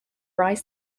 rise